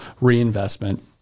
reinvestment